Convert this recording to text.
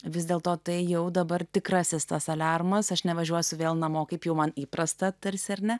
vis dėlto tai jau dabar tikrasis tas aliarmas aš nevažiuosiu vėl namo kaip jau man įprasta tarsi ar ne